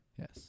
Yes